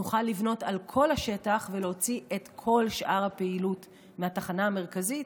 נוכל לבנות על כל השטח ולהוציא את כל שאר הפעילות מהתחנה המרכזית,